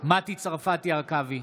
מטי צרפתי הרכבי,